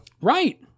Right